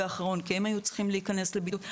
האחרון כי הן היו צריכות להיכנס לבידוד.